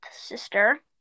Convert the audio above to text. Sister